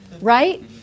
right